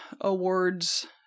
awards